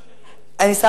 לא, אני בדרך כלל מקיים.